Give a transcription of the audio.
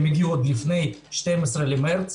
אלה שהגיעו עוד לפני 12 למרץ.